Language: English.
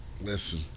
Listen